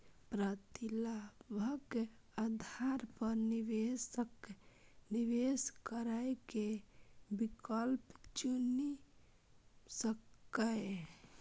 प्रतिलाभक आधार पर निवेशक निवेश करै के विकल्प चुनि सकैए